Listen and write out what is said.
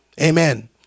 amen